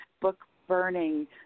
book-burning